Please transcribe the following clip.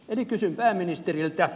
eli kysyn pääministeriltä